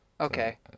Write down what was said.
Okay